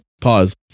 Pause